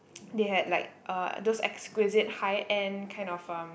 they had like uh those exquisite high end kind of um